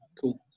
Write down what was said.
Cool